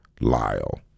Lyle